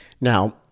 Now